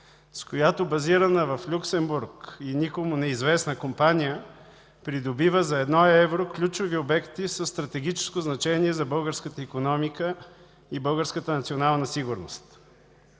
с която базирана в Люксембург и никому неизвестна компания придобива за едно евро ключови обекти със стратегическо значение за българската икономика и българската национална сигурност.